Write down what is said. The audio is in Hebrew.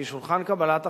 שהיא שולחן קבלת החלטות,